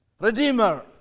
Redeemer